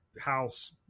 house